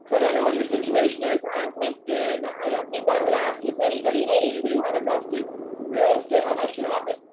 but i don't know what your situation is on linkedin. i don't think i would ask just anybody, hey, anybody wanna invest in real estate, unless you have this,